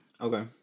okay